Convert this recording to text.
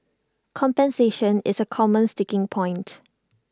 compensation is A common sticking point